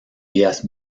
vías